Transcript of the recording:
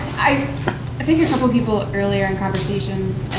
i think a couple of people earlier in conversations,